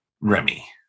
Remy